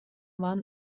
mann